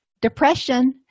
Depression